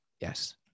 Yes